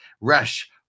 rush